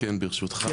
ברשותך,